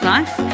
Life